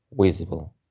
visible